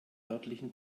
örtlichen